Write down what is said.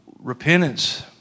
repentance